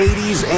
80s